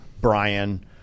Brian